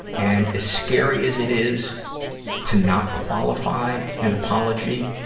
and, as scary as it is to not qualify an apology,